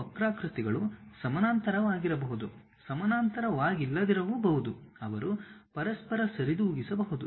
ಈ ವಕ್ರಾಕೃತಿಗಳು ಸಮಾನಾಂತರವಾಗಿರಬಹುದು ಸಮಾನಾಂತರವಾಗಿಲ್ಲದಿರಬಹುದು ಅವರು ಪರಸ್ಪರ ಸರಿದೂಗಿಸಬಹುದು